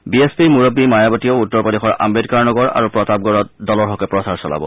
B এছ পিৰ মুৰববী মায়াৱতীয়েও উত্তৰ প্ৰদেশৰ আম্বেদকাৰ নগৰ আৰু প্ৰতাপগড়ত দলৰ হকে প্ৰচাৰ চলাব